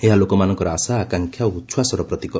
ଏହା ଲୋକମାନଙ୍କର ଆଶା ଆକାଂକ୍ଷା ଓ ଉଚ୍ଛାସର ପ୍ରତୀକ